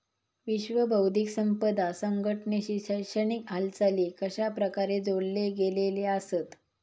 विश्व बौद्धिक संपदा संघटनेशी शैक्षणिक हालचाली कशाप्रकारे जोडले गेलेले आसत?